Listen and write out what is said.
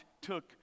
took